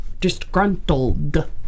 disgruntled